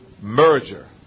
merger